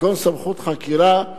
כגון סמכות חקירה,